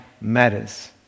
matters